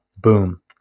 boom